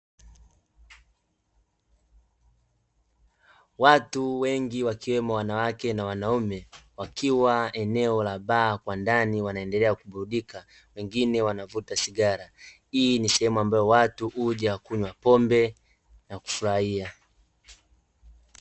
Watu wengi wakiwemo wanawake na wanaume wakiwa eneo la baa kwa ndani wanaendelea kuburudika, wengine wanavuta sigara, Hii ni sehemu ambayo watu huja kunywa pombe na kufurahia.